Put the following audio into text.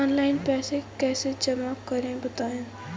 Online पैसा कैसे जमा करें बताएँ?